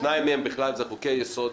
שניים מהם בכלל חוקי יסוד.